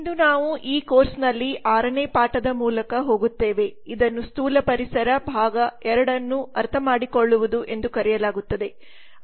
ಇಂದು ನಾವು ಈ ಕೋರ್ಸ್ನಲ್ಲಿ ಆರನೇ ಪಾಠದ ಮೂಲಕ ಹೋಗುತ್ತೇವೆ ಇದನ್ನು ಸ್ಥೂಲ ಪರಿಸರ ಭಾಗ 2 ನ್ನು ಅರ್ಥಮಾಡಿಕೊಳ್ಳುವುದು ಎಂದು ಕರೆಯಲಾಗುತ್ತದೆ